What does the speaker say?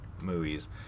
movies